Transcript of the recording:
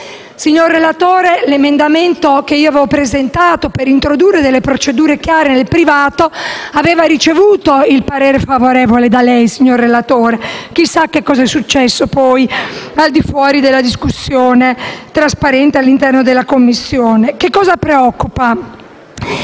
signor relatore, l'emendamento che io avevo presentato per introdurre delle procedure chiare nel settore privato aveva ricevuto il suo parere favorevole. Chissà cosa è successo, poi, al di fuori della discussione trasparente all'interno dalla Commissione. Cosa preoccupa?